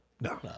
No